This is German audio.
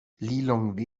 lilongwe